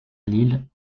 lille